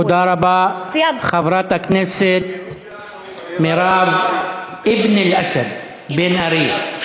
תודה רבה, חברת הכנסת מירב אבן אל-אסד בן ארי.